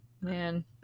Man